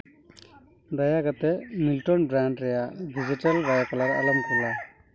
ᱫᱟᱭᱟ ᱠᱟᱛᱮᱫ Milton brand ᱨᱮᱭᱟᱜ ᱰᱮᱡᱤᱴᱟᱞ ᱵᱟᱭᱳ ᱠᱟᱞᱟᱨ ᱟᱞᱚᱢ ᱠᱚᱞᱟ